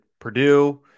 Purdue –